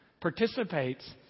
participates